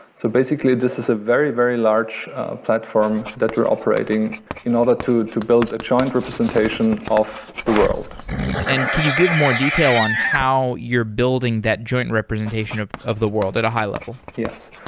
so basically, this is a very, very large platform that we're operating in order to to build a joint representation of the world and can you give more detail on how you're building that joint representation of of the world at a high level? yes.